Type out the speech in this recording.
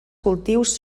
cultius